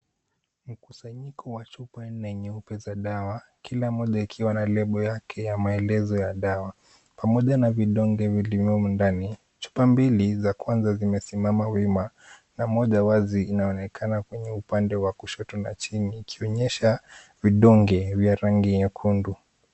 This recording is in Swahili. Mkusanyiko wa chupa nne nyeupe za dawa, kila moja ikiwa na lebo yake ya maelezo ya dawa pamoja na vidonge vilivyomo ndani. Chupa mbili za kwanza zimesimama wima na moja wazi inaonekana kwenye upande wa kushoto na chini ikionyesha vidonge vya rangi nyekundu.